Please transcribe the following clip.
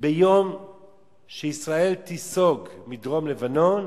שביום שישראל תיסוג מדרום-לבנון,